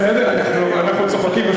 בסדר, אנחנו צוחקים.